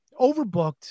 overbooked